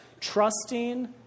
Trusting